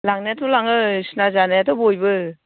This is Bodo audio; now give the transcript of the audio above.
लांनायाथ' लाङो सिना जानायाथ' बयबो